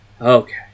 okay